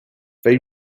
they